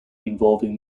involving